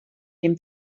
dem